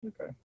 Okay